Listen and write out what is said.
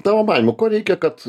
tavo manymu ko reikia kad